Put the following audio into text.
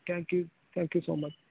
thank you thank you so much